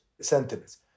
sentiments